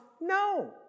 no